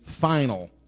final